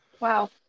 Wow